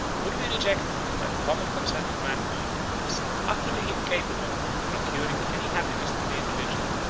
would be rejected, by the common consent of mankind, as utterly incapable of procuring any happiness to the individual,